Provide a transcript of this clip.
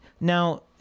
Now